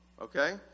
Okay